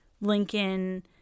Lincoln